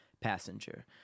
passenger